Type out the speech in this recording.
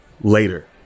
later